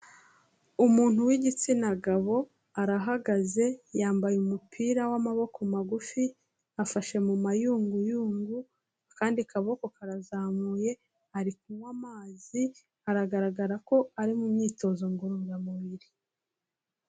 Umuntu w'igitsina gabo, arahagaze, yambaye umupira w'amaboko magufi, afashe mu mayunguyungu, akandi kaboko karazamuye, ari kunywa amazi, aragaragara ko ari mu myitozo ngororamubiri.